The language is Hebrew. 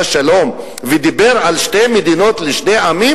שלום ודיבר על שתי מדינות לשני עמים,